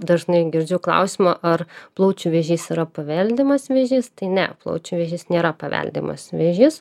dažnai girdžiu klausimą ar plaučių vėžys yra paveldimas vėžys tai ne plaučių vėžys nėra paveldimas vėžys